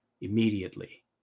Immediately